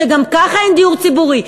וגם ככה אין דיור ציבורי,